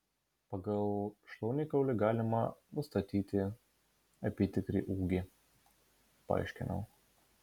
pagal šlaunikaulį galima nustatyti apytikrį ūgį paaiškinau